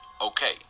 Okay